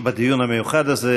בדיון המיוחד הזה,